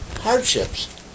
hardships